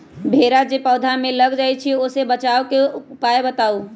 भेरा जे पौधा में लग जाइछई ओ से बचाबे के उपाय बताऊँ?